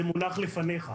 זה מונח לפניך.